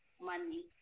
money